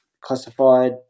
classified